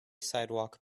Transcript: sidewalk